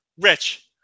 Rich